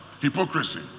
hypocrisy